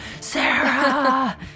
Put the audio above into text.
Sarah